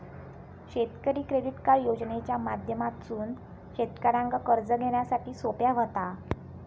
शेतकरी credit card योजनेच्या माध्यमातसून शेतकऱ्यांका कर्ज घेण्यासाठी सोप्या व्हता